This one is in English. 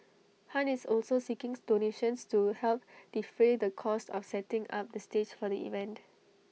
han is also see kings donations to help defray the cost of setting up the stage for the event